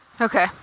Okay